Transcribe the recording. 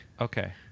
Okay